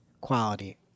quality